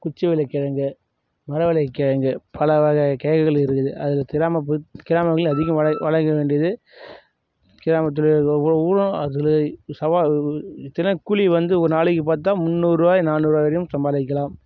குச்சிவள்ளிகிழங்கு மரவள்ளிக் கிழங்கு பல வகை கிழங்குகள் இருக்குது அதுல கிராமப்புற கிராமங்களில் அதிகம் வளர் வளர்க்க வேண்டியது கிராமத்தில் இருக்கற ஒவ்வொரு ஊரும் அதில் சவா தினக்கூலி வந்து ஒரு நாளைக்கு பார்த்தா முந்நூறுபாய் நானூறுரூவா வரையிலும் சம்பாதிக்கலாம்